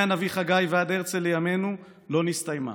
מהנביא חגי ועד הרצל בימינו, לא הסתיימה.